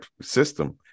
system